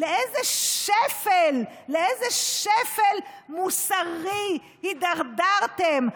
לאיזה שפל, לאיזה שפל מוסרי הידרדרתם?